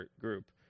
group